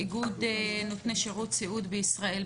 איגוד נותני שירות סיעוד בישראל.